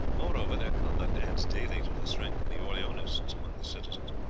moreover, their conduct adds daily to the strength of the orleanists among the citizens,